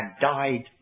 died